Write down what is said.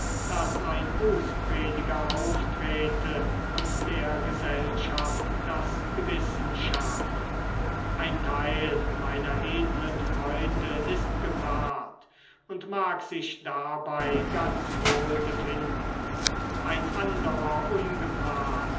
daß ein bußprediger auftrete und der gesellschaft das gewissen schärfe ein teil meiner edlen freunde ist gepaart und mag sich dabei ganz wohl befinden ein anderer ungepaart